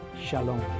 Shalom